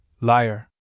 Liar